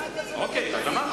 אבל אני לא מתנחמת